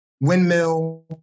windmill